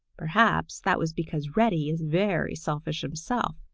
perhaps that was because reddy is very selfish himself.